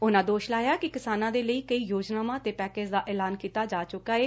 ਉਨੁਾਂ ਦੋਸ਼ ਲਾਇਆ ਕਿ ਕਿਸਾਨਾਂ ਦੇ ਲਈ ਕਈ ਯੋਜਨਾਵਾਂ ਅਤੇ ਪੈਕੇਜ ਦਾ ਐਲਾਨ ਕੀਤਾ ਜਾ ਚੁੱਕਾ ਏ